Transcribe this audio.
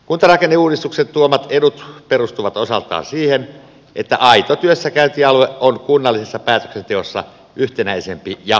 kuntarakenneuudistuksen tuomat edut perustuvat osaltaan siihen että aito työssäkäyntialue on kunnallisessa päätöksenteossa yhtenäisempi ja nopealiikkeisempi